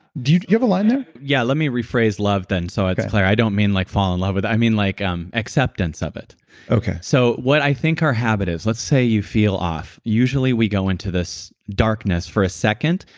do you have a line there? yeah, let me rephrase love then, so it's clear. i don't mean like fall in love with it, i mean like um acceptance of it okay so, what i think our habit is, let's say you feel off. usually we go into this darkness for a second,